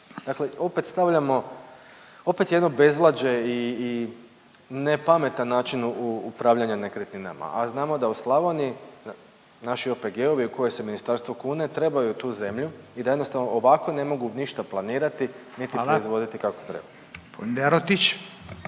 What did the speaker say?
Dakle opet stavljamo, opet jedno bezvlađe i nepametan način upravljanja nekretninama. A znamo da u Slavoniji, naši OPG-ovi u koje se ministarstvo kune, trebaju tu zemlju i da jednostavno ovako ne mogu ništa planirati niti …/Upadica Radin: